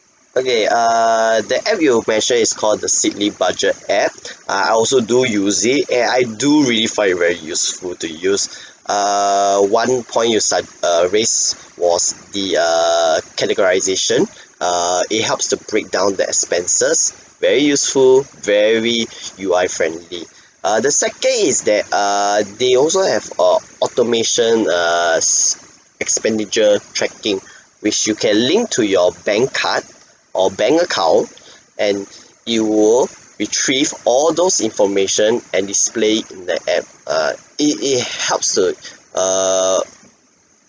okay err the app you mentioned is called the Seedly budget app I also do use it and I do really find it very useful to use err one point you sug~ uh raised was the err categorization err it helps to breakdown the expenses very useful very U_I friendly uh the second is that err they also have a automation err s~ expenditure tracking which you can link to your bank card or bank account and you'll retrieve all those information and display it in the app err it it helps to err search uh